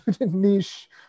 niche